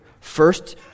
First